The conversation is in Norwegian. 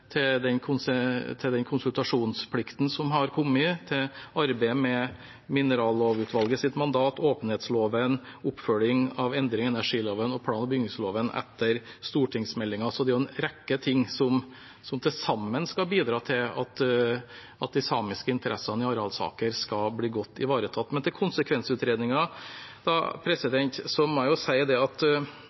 til åpenhetsloven, oppfølging av endring i energiloven og plan- og bygningsloven etter stortingsmeldingen. Så det er en rekke ting som til sammen skal bidra til at de samiske interessene i arealsaker skal bli godt ivaretatt. Men til konsekvensutredninger må jeg si at vurderingen av kravene til at